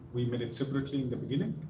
we made it separately in the beginning.